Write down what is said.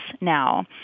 now